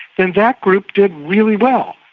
then that group did really well,